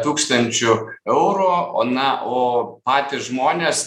tūkstančių eurų o na o patys žmonės